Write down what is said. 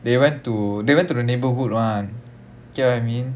they went to they went to the neighbourhood [one] get what I mean